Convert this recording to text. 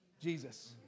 Jesus